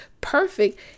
perfect